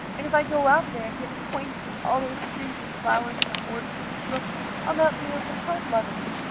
and if i go out there and get acquainted with all those trees and flowers and the orchard and the brook i'll not be able to help loving it.